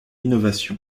innovation